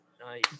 Nice